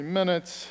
minutes